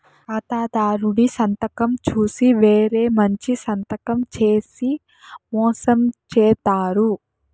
ఖాతాదారుడి సంతకం చూసి వేరే మంచి సంతకం చేసి మోసం చేత్తారు